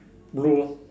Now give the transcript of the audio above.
blue lor